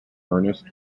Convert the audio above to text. ernest